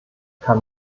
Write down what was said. kann